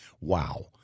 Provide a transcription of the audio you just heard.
wow